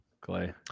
Clay